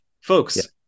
folks